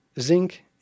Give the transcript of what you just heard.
zinc